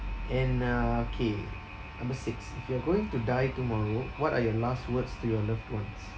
and uh K number six you're going to die tomorrow what are your last words to your loved ones